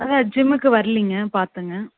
அதான் ஜிம்முக்கு வர்லைங்க பார்த்தங்க